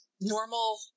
normal